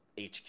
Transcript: HQ